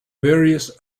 various